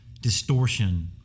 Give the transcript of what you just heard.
distortion